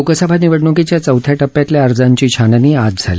लोकसभा निवडणुकीच्या चौथ्या टप्प्यातल्या अर्जांची छाननी आज झाली